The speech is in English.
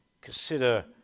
consider